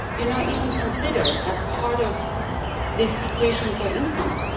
you're not even considered as part of this equation for income.